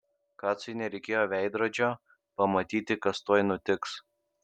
kacui nereikėjo veidrodžio pamatyti kas tuoj nutiks